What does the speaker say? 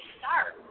start